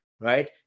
right